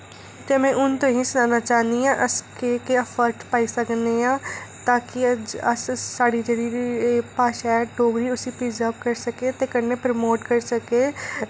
ते में हून तुसेंगी सनाना चाह्न्नी आं अस केह् केह् फर्क पाई सकने आं ताकि अस साढ़ी जेह्ड़ी भाशा ऐ डोगरी उसगी प्रजर्व करी सकदे ते कन्नै प्रमोट करी सकदे